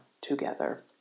together